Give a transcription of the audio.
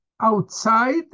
outside